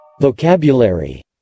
Vocabulary